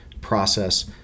process